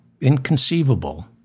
inconceivable